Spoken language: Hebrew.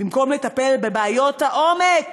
במקום לטפל בבעיות העומק